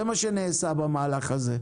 זה מה שנעשה במהלך הזה.